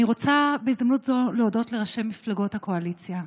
אני רוצה בהזדמנות זו להודות לראשי מפלגות הקואליציה.